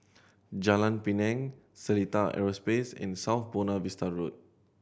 Jalan Pinang Seletar Aerospace and South Buona Vista Road